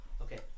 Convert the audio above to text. Okay